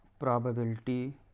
probability